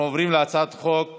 אנחנו עוברים להצעת חוק